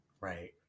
Right